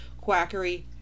quackery